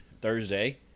Thursday